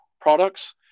products